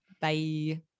Bye